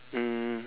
um